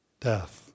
death